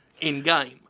in-game